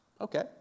Okay